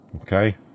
Okay